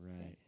right